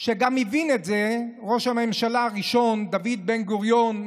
והבין את זה ראש הממשלה הראשון, דוד בן-גוריון,